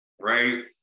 right